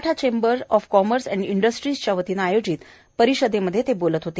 Maratha chamber of commerce and इंडस्ट्रीच्या वतीनं आयोजित आंतरराष्ट्रीय परिषदेमध्ये ते बोलत होते